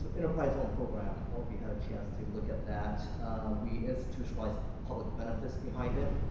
enterprise zone program all of you had a chance to look at that we institutionalize public benefits behind it.